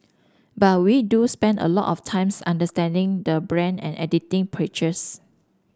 but we do spend a lot of times understanding the brand and editing pictures